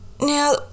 Now